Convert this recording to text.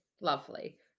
lovely